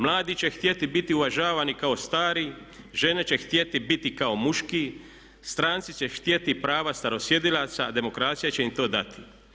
Mladi će htjeti biti uvažavani kao stariji, žene će htjeti biti kao muški, stranci će htjeti starosjedilaca, demokracija će im to dati.